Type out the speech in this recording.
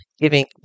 giving